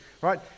right